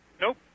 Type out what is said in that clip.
Nope